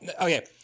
Okay